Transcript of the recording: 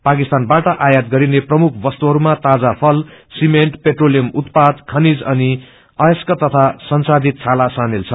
पाकिस्तानबाट आयात गरिने प्रमुख क्लुहरूमा ताजा फल सिनेन्ट पेट्रोलियम उत्पाद खनिज अनि अयस्क तथा संसाधित छाला समेल छन्